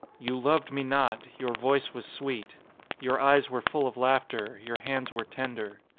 you loved me not your voice was sweet your eyes were full of laughter your hands were tender.